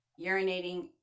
urinating